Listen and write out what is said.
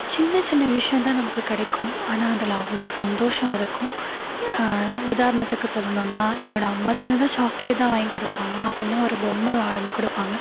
சின்ன சின்ன விஷியம் தான் நமக்கு கிடைக்கும் ஆனால் அதில் அவ்வளோ சந்தோஷம் இருக்கும் உதாரணத்துக்கு சொல்லணும்னா என்னோடய அம்மா சின்னதாக சாக்லேட் தான் வாங்கி கொடுப்பாங்க அப்புடில்லனா ஒரு பொம்மை வாங்கி கொடுப்பாங்க